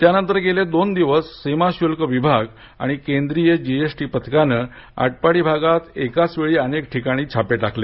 त्यानंतर गेले दोन दिवस सीमा शुल्क विभाग आणि केंद्रीय जीएसटी पथकाने आटपाडी भागात एकाच वेळी अनेक ठिकाणी छापे टाकले